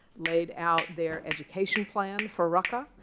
laid out their education plan for raqqa.